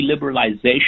liberalization